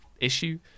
issue